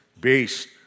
based